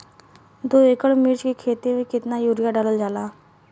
दो एकड़ मिर्च की खेती में कितना यूरिया डालल जाला?